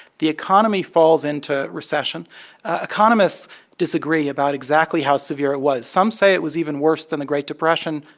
the economy falls into recession economists disagree about exactly how severe it was. some say it was even worse than the great depression.